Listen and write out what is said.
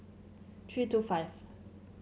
three two five